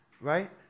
right